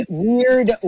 weird